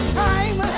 time